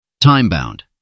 Time-bound